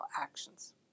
actions